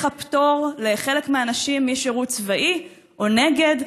הפטור לחלק מהנשים משירות צבאי או נגד?